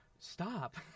stop